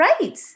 right